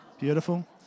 Beautiful